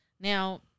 Now